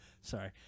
Sorry